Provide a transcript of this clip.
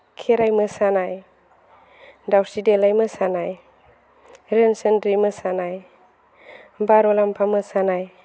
खेराइ मोसानाय दाउस्रि देलाय मोसानाय रोनसोन्द्रि मोसानाय बारलांम्फा मोसानाय